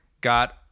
got